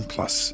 Plus